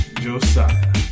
Josiah